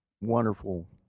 wonderful